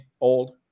old